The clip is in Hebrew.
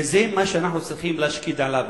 וזה מה שאנחנו צריכים לשקוד עליו,